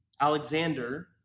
Alexander